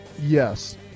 Yes